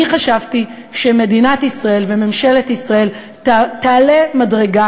אני חשבתי שמדינת ישראל וממשלת ישראל תעלה מדרגה